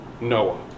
Noah